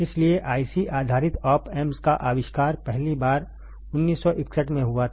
इसलिए IC आधारित op amps का अविष्कार पहली बार 1961 में हुआ था